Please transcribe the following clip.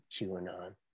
QAnon